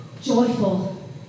joyful